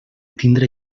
tindre